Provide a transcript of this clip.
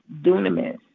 dunamis